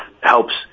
helps